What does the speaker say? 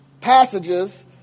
passages